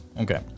Okay